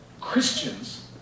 Christians